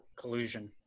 Collusion